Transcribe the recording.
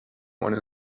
one